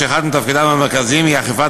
שאחד מתפקידיו המרכזיים הוא אכיפת